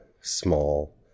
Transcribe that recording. small